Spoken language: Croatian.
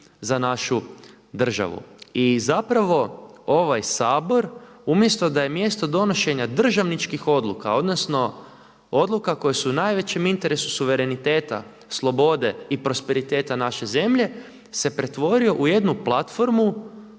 za našu državu. I zapravo ovaj Sabor umjesto da je mjesto donošenja državničkih odluka, odnosno odluka koje su u najvećem interesu suvereniteta, slobode i prosperiteta naše zemlje se pretvorio u jednu platformu